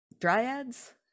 dryads